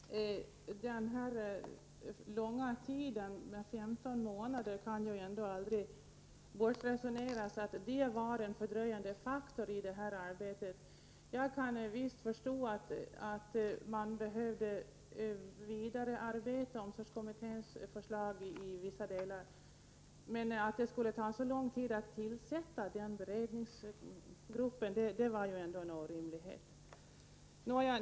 Herr talman! Att den här långa tiden, 15 månader, var en fördröjande faktor i detta arbete kan ju ändå inte bortresoneras. Jag kan visst förstå att man behövde arbeta vidare på omsorgskommitténs förslag i vissa delar, men att det skulle ta så lång tid att tillsätta beredningsgruppen var ändå en orimlighet.